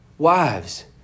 Wives